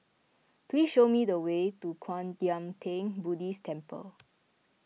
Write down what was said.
please show me the way to Kwan Yam theng Buddhist Temple